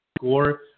score